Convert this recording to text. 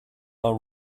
our